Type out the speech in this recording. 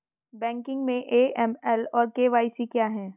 Banking में AML और KYC क्या हैं?